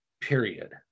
period